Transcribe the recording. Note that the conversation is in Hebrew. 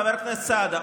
חבר הכנסת סעדה,